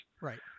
Right